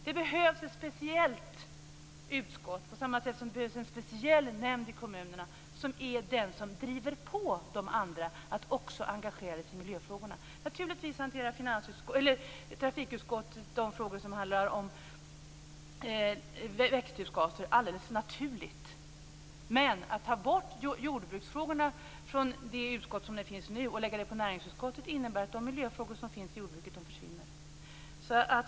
Det behövs ett speciellt utskott, på samma sätt som det behövs en speciell nämnd i kommunerna, som driver på de andra att också engagera sig i miljöfrågorna. Trafikutskottet hanterar alldeles naturligt de frågor som handlar om tillväxtgaser. Men att ta bort jordbruksfrågorna från nuvarande utskott och föra över dem till näringsutskottet innebär att de miljöfrågor som finns på jordbruksområdet försvinner.